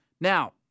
Now